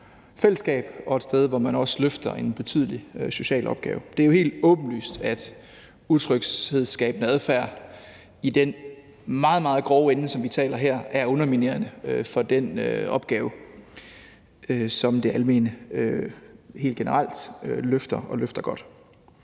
fællesskab og et sted, hvor man også løfter en betydelig social opgave. Det er jo helt åbenlyst, at utryghedsskabende adfærd i den meget, meget grove ende, som vi taler om her, er underminerende for den opgave, som det almene helt generelt løfter og løfter godt.